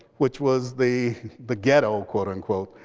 which was the the ghetto quote, unquote,